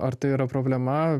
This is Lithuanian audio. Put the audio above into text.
ar tai yra problema